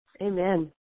Amen